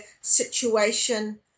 situation